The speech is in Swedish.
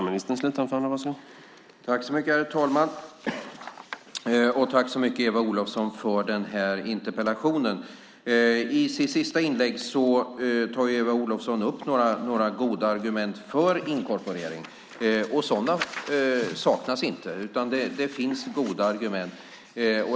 Herr talman! Tack så mycket, Eva Olofsson, för den här interpellationen! I sitt sista inlägg tar Eva Olofsson upp några goda argument för inkorporering, och sådana saknas inte, utan det finns goda argument.